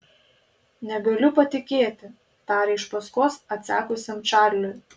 negaliu patikėti tarė iš paskos atsekusiam čarliui